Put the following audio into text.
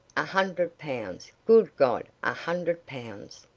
a hundred pounds. good god! a hundred pounds!